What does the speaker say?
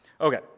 Okay